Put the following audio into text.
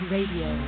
Radio